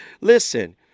Listen